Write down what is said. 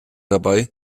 dabei